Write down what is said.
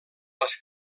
les